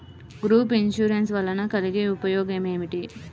Group insurance వలన కలిగే ఉపయోగమేమిటీ?